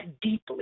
deeply